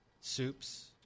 soups